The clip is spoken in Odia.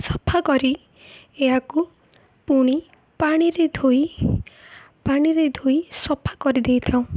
ସଫା କରି ଏହାକୁ ପୁଣି ପାଣିରେ ଧୋଇ ପାଣିରେ ଧୋଇ ସଫା କରି ଦେଇଥାଉ